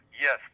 Yes